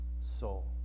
soul